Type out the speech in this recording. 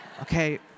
Okay